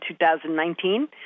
2019